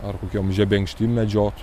ar kokiom žebenkštim medžiot